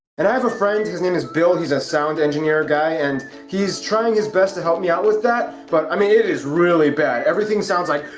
and i have a friend, his name is bill, he's a sound engineer guy and he's trying his best to help me out with that, but i mean it is really bad. everything sounds like